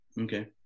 Okay